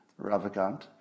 Ravikant